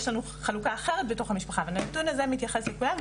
יש לנו חלוקה אחרת בתוך המשפחה והנתון הזה מתייחס לכולם,